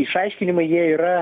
išaiškinimai jie yra